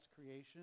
creation